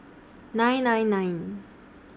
nine nine nine